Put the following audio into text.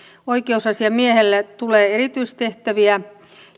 oikeusasiamiehelle tulee erityistehtäviä